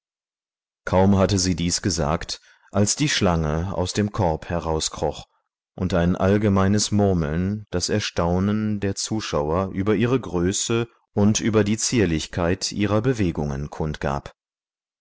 kaum hatte sie dies gesagt als die schlange aus dem korb herauskroch und ein allgemeines murmeln das erstaunen der zuschauer über ihre größe und über die zierlichkeit ihrer bewegungen kundgab